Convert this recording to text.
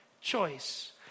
choice